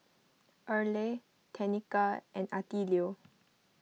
Erle Tenika and Attilio